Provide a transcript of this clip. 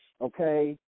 okay